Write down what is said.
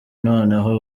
noneho